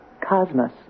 Cosmos